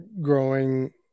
growing